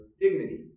dignity